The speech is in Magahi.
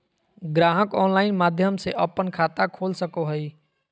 ग्राहक ऑनलाइन माध्यम से अपन खाता खोल सको हइ